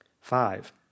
Five